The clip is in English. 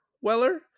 Weller